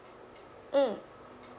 mm